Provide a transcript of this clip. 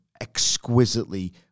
exquisitely